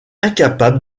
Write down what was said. incapable